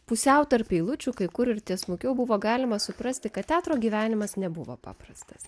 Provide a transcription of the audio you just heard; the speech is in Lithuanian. pusiau tarp eilučių kai kur ir tiesmukiau buvo galima suprasti kad teatro gyvenimas nebuvo paprastas